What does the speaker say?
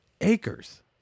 acres